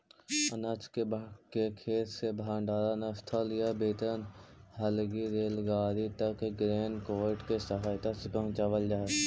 अनाज के खेत से भण्डारणस्थल या वितरण हलगी रेलगाड़ी तक ग्रेन कार्ट के सहायता से पहुँचावल जा हई